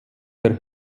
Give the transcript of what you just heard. der